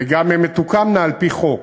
וגם הן תוקמנה על-פי חוק.